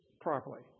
properly